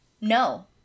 no